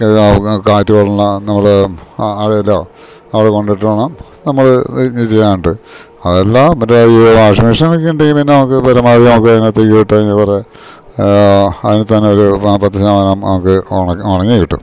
കാറ്റ് വന്നാ നമ്മള് അഴേലൊ അവടെ കൊണ്ടിട്ട് വേണം നമ്മള് ഇതൊക്കെ ചെയ്യാനാട്ട് അതല്ല മറ്റേ ഈ വാഷിങ് മഷീനൊക്കെ ഇണ്ടെങ്കി പിന്നെ നമുക്ക് പരമാവധി നമുക്ക് അയിനകത്തേക്ക് ഇട്ട് കഴിഞ്ഞാ കൊറേ അതില് തന്നെ ഒരു പത്ത് ശതമാനം ഒക്കെ ഒണങ്ങി കിട്ടും